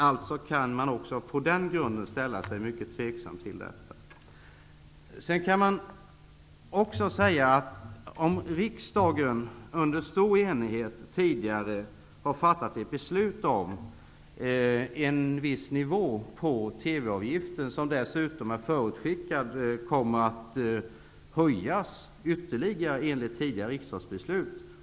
Alltså kan man också på den grunden ställa sig mycket tveksam till detta. Riksdagen har under stor enighet fattat ett beslut om en viss nivå på TV-avgiften, som dessutom enligt vad som förutskickats i tidigare riksdagsbeslut kommer att höjas ytterligare.